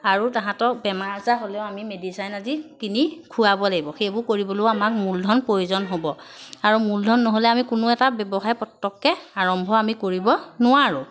আৰু তাহাঁতক বেমাৰ আজাৰ হ'লেও আমি মেডিচিন আজি কিনি খুৱাব লাগিব সেইবোৰ কৰিবলৈও আমাক মূলধন প্ৰয়োজন হ'ব আৰু মূলধন নহ'লে আমি কোনো এটা ব্যৱসায় প্ৰটককৈ আৰম্ভ আমি কৰিব নোৱাৰোঁ